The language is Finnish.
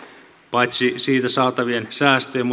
paitsi siitä saatavien säästöjen